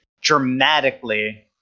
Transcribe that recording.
dramatically